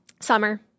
Summer